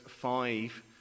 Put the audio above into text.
five